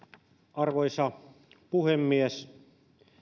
arvoisa puhemies